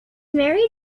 married